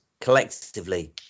collectively